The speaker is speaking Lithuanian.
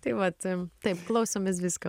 tai vat taip klausomės visko